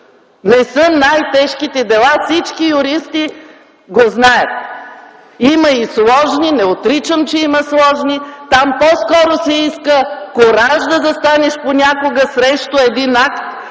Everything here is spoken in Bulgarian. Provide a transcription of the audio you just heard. гледат съдиите. Всички юристи го знаят. Има и сложни. Не отричам, че има сложни. Там по-скоро се иска кураж да застанеш понякога срещу един акт,